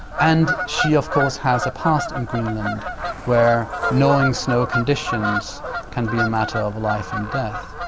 and she of course has a past in greenland where knowing snow conditions can be matter of life and death.